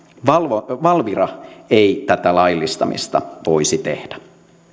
valvira valvira ei tätä laillistamista voisi tehdä